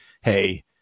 hey